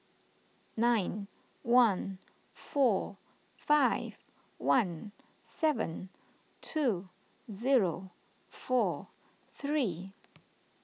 nine one four five one seven two zero four three